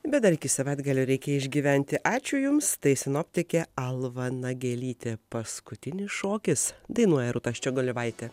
bet dar iki savaitgalio reikia išgyventi ačiū jums tai sinoptikė alva nagelytė paskutinis šokis dainuoja rūta ščiogolevaitė